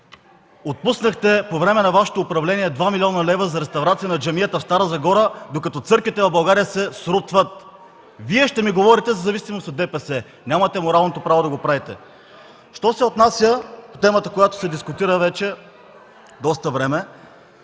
отпуснахте по време на Вашето управление 2 млн. лв. за реставрация на джамията в Стара Загора, докато църквите в България се срутват. Вие ще ми говорите за зависимост от ДПС, нямате моралното право да го правите! (Шум и реплики от ГЕРБ.) По темата, която се дискутира вече доста време,